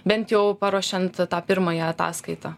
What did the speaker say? bent jau paruošiant tą pirmąją ataskaitą